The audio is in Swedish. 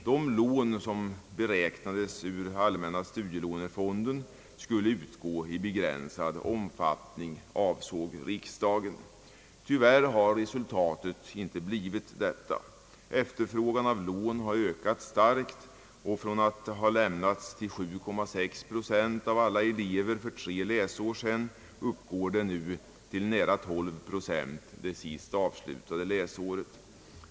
De lån som beviljades ur allmänna studielånefonden skulle utgå i begränsad omfattning, ansåg riksdagen. Tyvärr har resultatet inte blivit detta. Efterfrågan på lån har ökat starkt och från att ha lämnats till 7,6 procent av alla elever för tre läsår sedan lämnas de nu till nära 12 procent. Den siffran gäller för det senast avslutade läsåret.